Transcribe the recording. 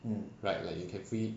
right like you can free